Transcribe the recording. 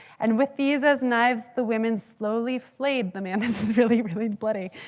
and with these as knives, the women slowly flayed the man. this is really, really bloody.